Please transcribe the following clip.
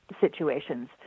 situations